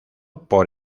por